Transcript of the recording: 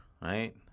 right